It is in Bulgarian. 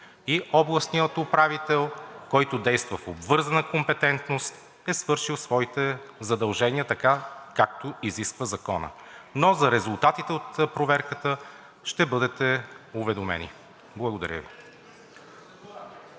и областният управител, който действа в обвързана компетентност, е свършил своите задължения, така както изисква Законът. Но за резултатите от проверката ще бъдете уведомени. Благодаря Ви.